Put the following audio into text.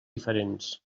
diferents